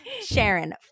Sharon